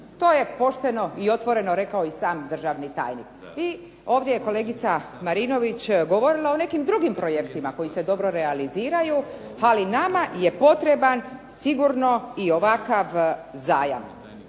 To je pošteno i otvoreno rekao sam državni tajnik. I ovdje je kolegica Marinović govorila o nekim drugim projektima koji se dobro realiziraju, ali nama je potreban i ovakav zajam.